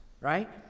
right